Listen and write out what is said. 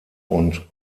und